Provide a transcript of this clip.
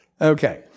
Okay